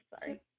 sorry